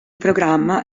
programma